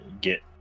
get